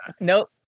nope